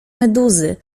meduzy